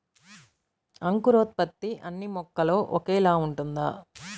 అంకురోత్పత్తి అన్నీ మొక్కలో ఒకేలా ఉంటుందా?